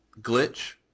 glitch